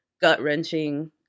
gut-wrenching